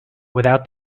without